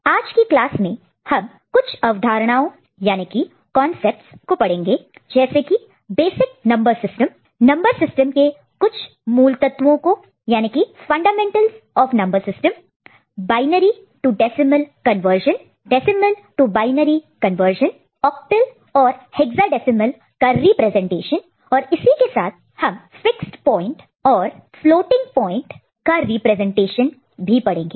आज की क्लास में हम कुछ अवधारणाओं याने की कॉन्सेप्ट्स को पढ़ेंगे जैसे कि basic number system number system के कुछ मूलतत्वों को याने की fundamentals of number system binary to decimal conversion रूपांतरण decimal to binary conversion octal और हेक्साडेसिमल का रिप्रेजेंटेशन और इसी के साथ हम फिक्स्ड प्वाइंट और फ्लोटिंग प्वाइंट का रिप्रेजेंटेशन भी पड़ेंगे